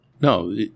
No